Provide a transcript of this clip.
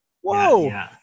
Whoa